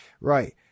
right